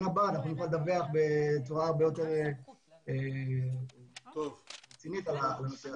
הבא נוכל לדווח בצורה הרבה יותר רצינית על הנושא הזה.